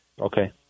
Okay